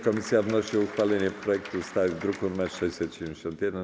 Komisja wnosi o uchwalenie projektu ustawy z druku nr 671.